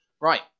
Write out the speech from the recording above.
Right